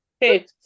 Hey